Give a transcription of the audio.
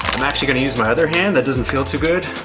i'm actually gonna use my other hand. that doesn't feel too good.